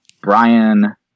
Brian